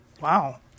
Wow